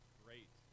great